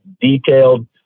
detailed